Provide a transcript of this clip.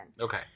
Okay